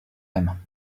him